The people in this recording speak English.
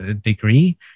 Degree